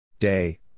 Day